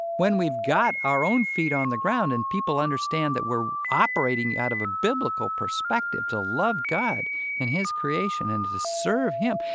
when we've got our own feet on the ground and people understand that we're operating out of a biblical perspective to love god and his creation and to to serve him,